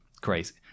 crazy